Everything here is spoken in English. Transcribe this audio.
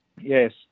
Yes